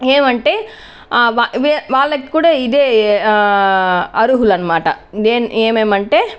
ఏమంటే వా వాళ్లకు కూడా ఇదే అర్హులనమాట ఏమేమంటే